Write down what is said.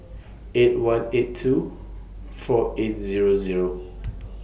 eight one eight two four eight Zero Zero